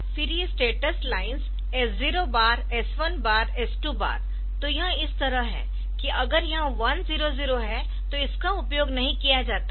फिर ये status lines S0 बार S1 बार S2 बार तो यह इस तरह है कि अगर यह 1 0 0 है तो इसका उपयोग नहीं किया जाता है